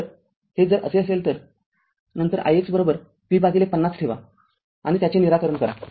तरहे जर असे असेल तर नंतर ix V५० ठेवा आणि त्याचे निराकरण करा